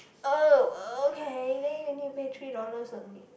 oh okay then you need to pay three dollars only